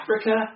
Africa